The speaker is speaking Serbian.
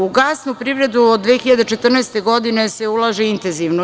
U gasnu privredu od 2014. godine se ulaže intenzivno.